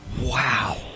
Wow